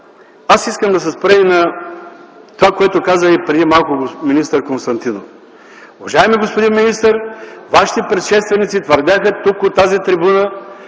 аз искам да се спра и на това, което каза преди малко министър Константинов. Уважаеми господин министър, Вашите предшественици твърдяха тук, от тази трибуна,